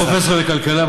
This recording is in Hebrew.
אתה פרופסור לכלכלה,